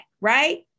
right